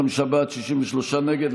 55 בעד, 63 נגד.